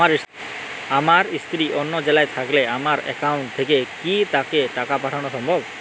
আমার স্ত্রী অন্য জেলায় থাকলে আমার অ্যাকাউন্ট থেকে কি তাকে টাকা পাঠানো সম্ভব?